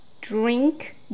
Drink